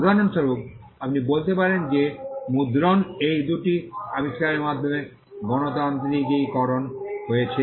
উদাহরণস্বরূপ আপনি বলতে পারেন যে মুদ্রণ এই দুটি আবিষ্কারের মাধ্যমে গণতান্ত্রিকীকরণ হয়েছে